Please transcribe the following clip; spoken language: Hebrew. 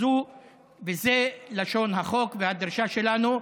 וזו לשון החוק והדרישה שלנו.